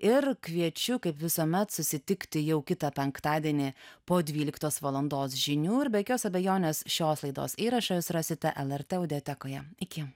ir kviečiu kaip visuomet susitikti jau kitą penktadienį po dvyliktos valandos žinių ir be jokios abejonės šios laidos įrašą jūs rasite lrt audiotekoje iki